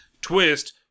twist